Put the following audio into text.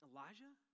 Elijah